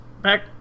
back